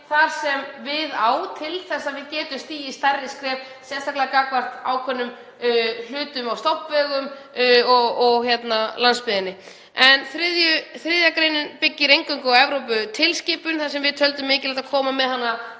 þar sem við á til að við getum stigið stærri skref, sérstaklega gagnvart ákveðnum hlutum á stofnvegum og á landsbyggðinni. En 3. gr. byggir eingöngu á Evróputilskipun, við töldum mikilvægt að koma með hana